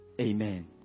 Amen